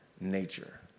nature